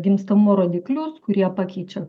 gimstamumo rodiklius kurie pakeičia